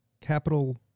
capital